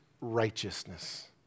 righteousness